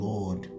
Lord